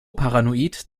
paranoid